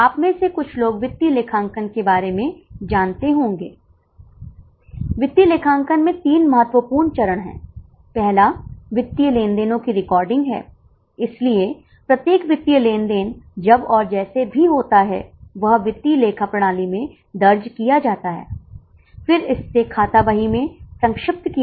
अब 500 चार्ज करने के बजाय स्कूल केवल लागत को कवर करने के लिए पर्याप्त शुल्क कवर करना चाहता हैं इसलिए 1 2 3 4 कम शुल्क इसलिए इन तीन गणनाओं की आवश्यकता है कृपया एक बार फिर मामले को ध्यान से देखें और फिर हम समाधान पर चर्चा करेंगे